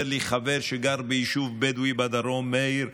אומר לי חבר שגר ביישוב בדואי בדרום: מאיר,